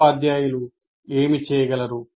ఉపాధ్యాయులు ఏమి చేయగలరు